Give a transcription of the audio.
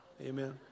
Amen